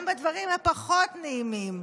גם בדברים פחות נעימים,